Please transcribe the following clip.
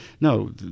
No